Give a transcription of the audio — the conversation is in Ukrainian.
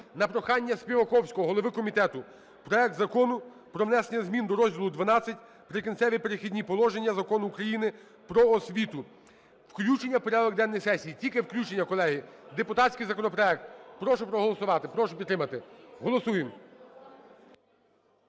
На прохання Співаковського, голови комітету, проект Закону про внесення змін до розділу ХІІ "Прикінцеві та перехідні положення" Закону України "Про освіту" включення в порядок денний сесії, тільки включення, колеги, депутатський законопроект. Прошу проголосувати, прошу підтримати. Голосуємо.